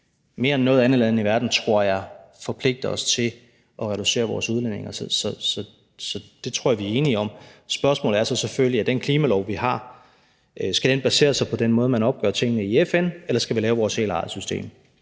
mere end noget andet land i verden, tror jeg, forpligter os til at reducere vores udledninger, så det tror jeg at vi er enige om. Spørgsmålet er selvfølgelig så, om den klimalov, vi har, skal basere sig på den måde, man opgør tingene på i FN, eller om vi skal lave vores helt eget system.